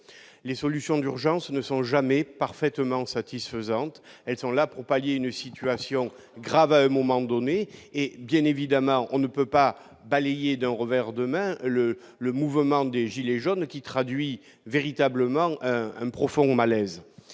Les solutions d'urgence ne sont jamais parfaitement satisfaisantes. Elles sont là pour répondre à une situation grave, à un moment donné. On ne pouvait évidemment pas balayer d'un revers de main le mouvement des « gilets jaunes », qui traduit véritablement un profond malaise.